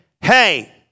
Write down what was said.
hey